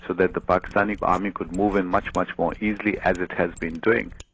so the pakistani aamy could move in much, much more easily, as it has been doing.